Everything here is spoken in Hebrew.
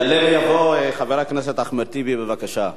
יעלה ויבוא חבר הכנסת אחמד טיבי, בבקשה.